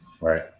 Right